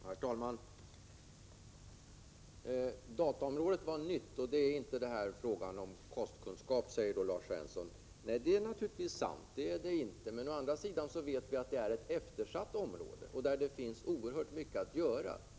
Herr talman! Dataområdet är nytt, och det är inte frågan om kostkunskap, säger Lars Svensson. Nej, det är det naturligtvis inte, men å andra sidan är det ett eftersatt område, där det finns oerhört mycket att göra.